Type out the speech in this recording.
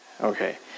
okay